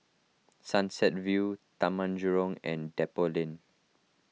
Sunset View Taman Jurong and Depot Lane